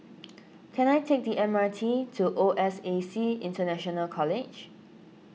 can I take the M R T to O S A C International College